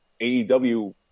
AEW